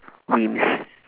memes